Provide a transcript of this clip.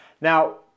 Now